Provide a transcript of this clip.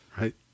Right